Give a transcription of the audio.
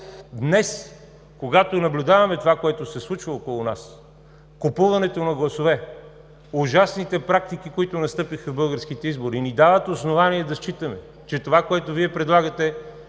Днес, когато наблюдаваме това, което се случва около нас – купуването на гласове, ужасните практики, които настъпиха в българските избори, ни дава основание да считаме, че това, което Вие предлагате,